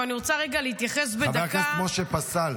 אבל אני רוצה רגע להתייחס בדקה -- חבר הכנסת משה פסל,